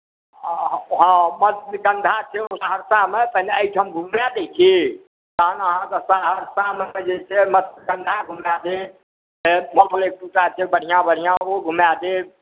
हँ मत्स्यगन्धा सेहो सहरसामे पहिले एहिठाम घुमाए दैत छी तहन अहाँके सहरसामे जे छै मतस्यगन्धा घुमा देब फेर भऽ गेलै जे छै बढ़िआँ बढ़िआँ ओ घुमा देब